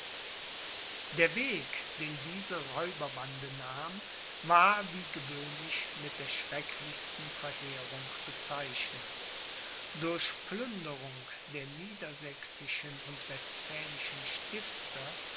der weg den diese räuberbande nahm war wie gewöhnlich mit der schrecklichsten verheerung bezeichnet durch plünderung der niedersächsischen und westphälischen stifter